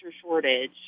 shortage